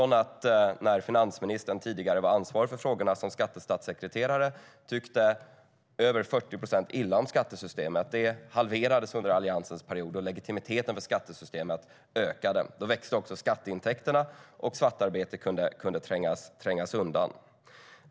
När finansministern tidigare var ansvarig för frågorna som skattestatssekreterare tyckte över 40 procent illa om skattesystemet. Det halverades under alliansens regeringsperiod, och legitimiteten för skattesystemet ökade. Då växte också skatteintäkterna, och svartarbetet kunde trängas undan.